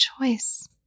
choice